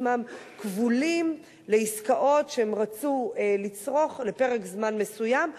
עצמם כבולים לעסקאות שהם רצו לצרוך לפרק זמן מסוים,